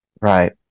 right